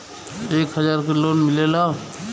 एक हजार के लोन मिलेला?